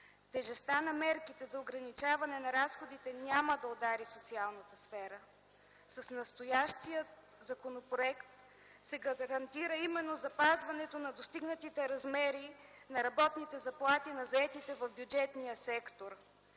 тежестта на мерките за ограничаване на разходите няма да удари социалната сфера. С настоящия законопроект се гарантира именно запазването на достигнатите размери на работните заплати на заетите в бюджетния сектор.